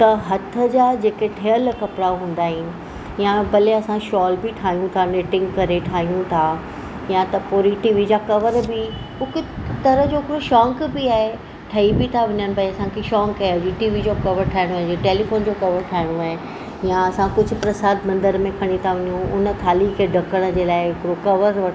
त हथ जा जेके ठहियलु कपिड़ा हूंदा आहिनि या भले असां शॉल बि ठाहियूं था निटिंग करे ठाहियूं था या त पोइ रीटीवी जा कवर बि हिक तरह जो हिकिड़ो शौंक़ु बि आहे ठही बि था वञनि भई असांखे शौंक़ु आहे रीटीवी जो कवर ठाहिणो हुजे टेलीफोन जो कवर ठाहिणो आहे या असां कुझु प्रसाद मंदिर में खणी था वञूं उन थाली खे ढकण जे लाइ हिकिड़ो कवर वठि